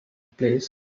place